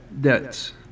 debts